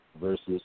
Versus